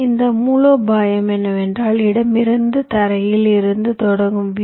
எனவே இந்த மூலோபாயம் என்னவென்றால் இடமிருந்து தரையில் இருந்து தொடங்கும் வி